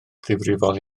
ddifrifol